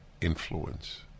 influence